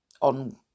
on